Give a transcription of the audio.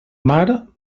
mar